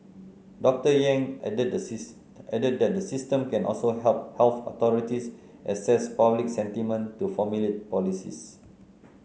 Doctor Yang added the added that the system can also help health authorities assess public sentiment to formulate policies